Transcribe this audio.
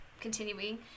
continuing